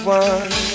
one